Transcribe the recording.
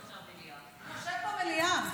זה לא נחשב מליאה.